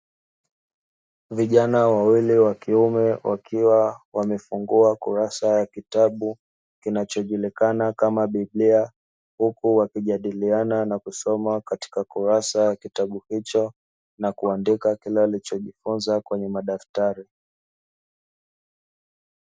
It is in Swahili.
Vijana wawili wa kiume wakiwa wamefungua kurasa ya kitabu kinachojulikana kama biblia, huku wakijadiliana na kusoma katika kurasa ya kitabu hicho, na kuandika kile walichojifunza kwenye madaftari.